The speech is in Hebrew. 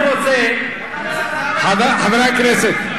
חברי הכנסת.